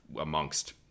amongst